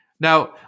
Now